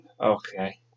Okay